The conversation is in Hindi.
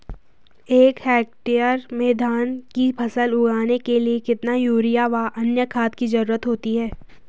एक हेक्टेयर में धान की फसल उगाने के लिए कितना यूरिया व अन्य खाद की जरूरत होती है?